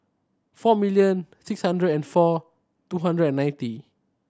four million six hundred and four two hundred and ninety